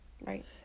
Right